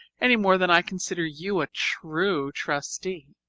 any more than i consider you a true trustee.